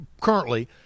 currently